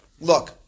look